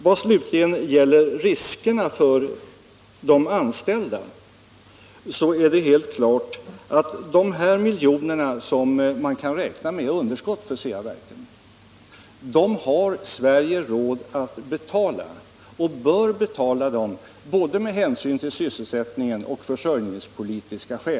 Vad slutligen gäller riskerna för de anställda vid Ceaverken och de miljoner i underskott som man kan räkna med, så är det helt klart att Sverige har råd att betala dessa miljoner och att vi bör betala dem, både med hänsyn till sysselsättningen och av försörjningspolitiska skäl.